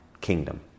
kingdom